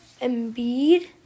Embiid